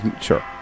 sure